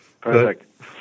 Perfect